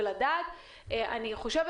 אני חושבת